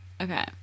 okay